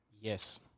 Yes